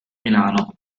milano